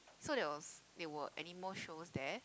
so there was there were animal show there